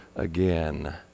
Again